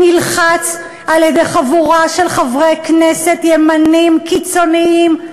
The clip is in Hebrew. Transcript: נלחץ, על-ידי חבורה של חברי כנסת ימנים קיצוניים.